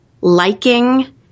liking